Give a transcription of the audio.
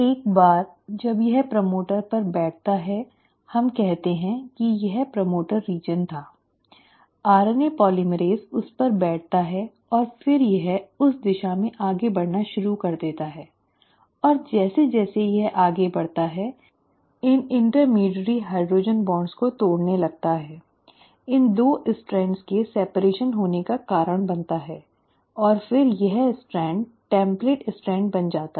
एक बार जब यह प्रमोटर पर बैठता है हम कहते हैं कि यह प्रमोटर क्षेत्र था ठीक है आरएनए पोलीमरेज़ उस पर बैठता है और फिर यह उस दिशा में आगे बढ़ना शुरू कर देता है और जैसे जैसे यह आगे बढ़ता है इन मध्यस्थ हाइड्रोजन बॉन्ड को तोड़ने लगता है इन 2 स्ट्रैंड्स के अलग होने का कारण बनता है और फिर यह स्ट्रैंड टेम्पलेट स्ट्रैंड बन जाता है